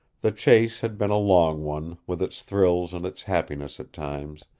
the chase had been a long one, with its thrills and its happiness at times,